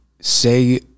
say